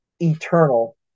eternal